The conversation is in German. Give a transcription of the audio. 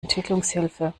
entwicklungshilfe